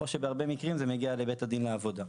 או שבהרבה מקרים זה מגיע לבית הדין לעבודה.